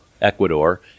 Ecuador